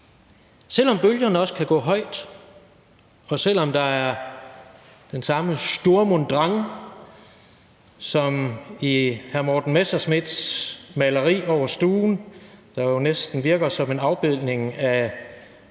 selv om bølgerne også kan gå højt, og selv om der er den samme sturm und drang som i hr. Morten Messerschmidts maleri over stuen, der jo næsten virker som en afbildning af Goethes